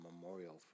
memorial